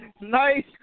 Nice